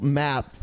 map